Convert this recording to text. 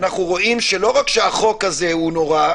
אנחנו רואים שלא רק שהחוק הזה הוא נורא,